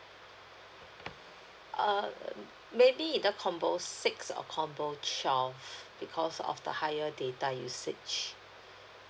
err maybe either combo six or combo twelve because of the higher data usage